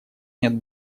нет